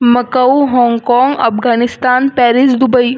Macao Hong Kong Afghanistan Paris Dubai